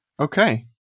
okay